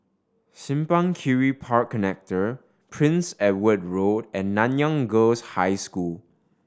Simpang Kiri Park Connector Prince Edward Road and Nanyang Girls' High School